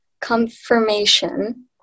confirmation